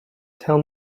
tell